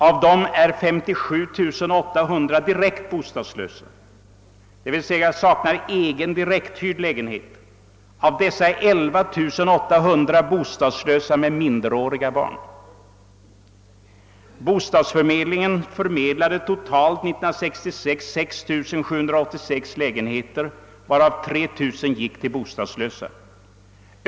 Av dem är 57 800 direkt bostadslösa, d. v. s. saknar egen direkthyrd lägenhet. Av dessa är 11 800 bostadslösa med minderåriga barn. Bostadsförmedlingen förmedlade år 1966 totalt 6 786 lägenheter, varav 3000 gick till bostadslösa.